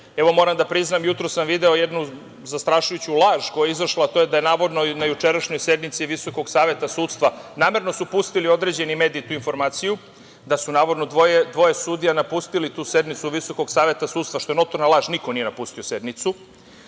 Evo, moram da priznam, jutros sam video jednu zastrašujuću laž koja je izašla, a to je da navodno na jučerašnjoj sednici VSS, namerno su pustili određeni mediji tu informaciju, da su navodno dvoje sudija napustili tu sednicu VSS, što je notorna laž, niko nije napustio sednicu.